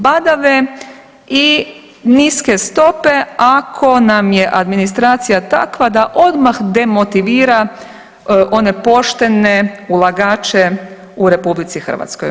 Badave i niske stope ako nam je administracija takva da odmah demotivira one poštene ulagače u RH.